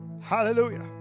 Hallelujah